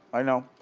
i know.